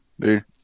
Dude